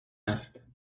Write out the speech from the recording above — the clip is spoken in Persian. است